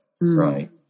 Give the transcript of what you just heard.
Right